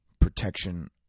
protection